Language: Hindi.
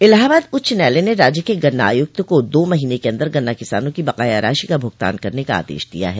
इलाहाबाद उच्च न्यायालय ने राज्य के गन्ना आयुक्त को दो महीने के अन्दर गन्ना किसानों की बक़ाया राशि का भुगतान करने का आदेश दिया है